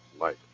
life